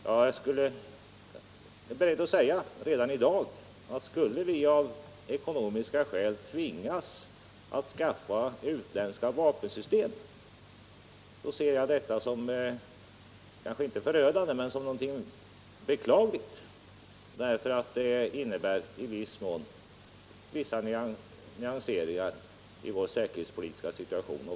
Jag är beredd att säga redan i dag, att skulle vi av ekonomiska skäl tvingas att skaffa utländska vapensystem ser jag detta som kanske inte förödande men som något beklagligt, därför att det innebär vissa nyanseringar i vår säkerhetspolitiska situation.